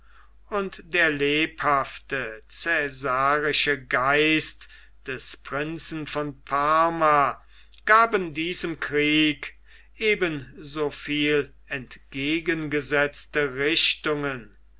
und der lebhafte cäsarische geist des prinzen von parma gaben diesem krieg eben so viel entgegengesetzte richtungen